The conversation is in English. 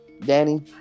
Danny